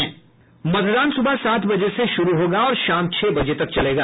मतदान सुबह सात बजे से शुरू होगा और शाम छह बजे तक चलेगा